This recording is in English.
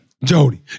Jody